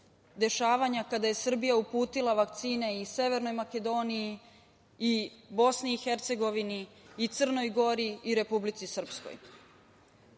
dešavanja kada je Srbija uputila vakcine i Severnoj Makedoniji i BiH i Crnoj Gori i Republici Srpskoj.